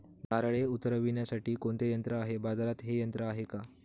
नारळे उतरविण्यासाठी कोणते यंत्र आहे? बाजारात हे यंत्र आहे का?